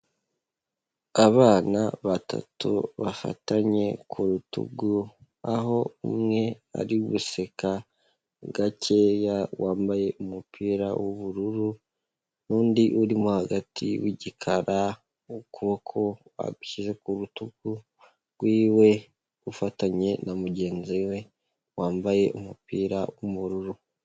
Abana batatu bafatanye ku rutugu, aho umwe ari guseka gakeya, wambaye umupira w'ubururu n'undi urimo hagati w'igikara, ukuboko agushyize ku rutugu rwiwe, ufatanye na mugenzi we wambaye umupira w'ubururu.